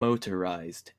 motorised